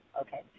Okay